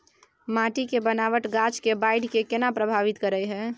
माटी के बनावट गाछ के बाइढ़ के केना प्रभावित करय हय?